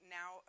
now